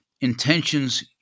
intentions